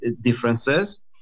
differences